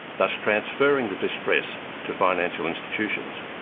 thus transferring the distress to financial institutions.